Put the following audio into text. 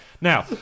Now